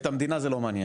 את הדינה זה לא מעניין,